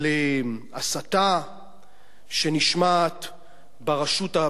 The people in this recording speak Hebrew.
על הסתה שנשמעת ברשות,